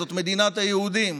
זאת מדינת היהודים.